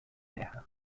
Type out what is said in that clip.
terra